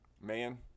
man